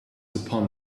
upon